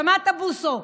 שמעת, בוסו?